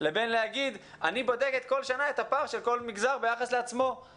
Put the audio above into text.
לבין להגיד 'אני בודקת כל שנה את הפער של כל מגזר ביחס לעצמו'.